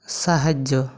ସାହାଯ୍ୟ